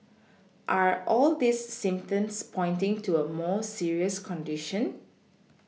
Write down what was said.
are all these symptoms pointing to a more serious condition